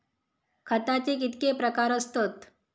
खताचे कितके प्रकार असतत?